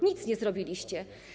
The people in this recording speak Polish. Nic nie zrobiliście.